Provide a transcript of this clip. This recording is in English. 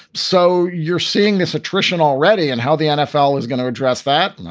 so you're seeing this attrition already and how the nfl is going to address that? and